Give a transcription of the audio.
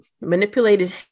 manipulated